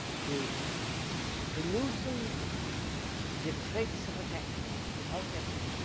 to to loosen the threads of attachment without effort,